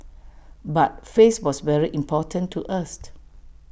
but face was very important to us